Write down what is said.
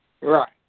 Right